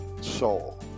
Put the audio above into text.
soul